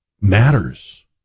matters